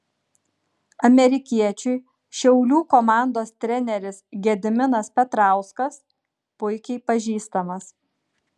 amerikiečiui šiaulių komandos treneris gediminas petrauskas puikiai pažįstamas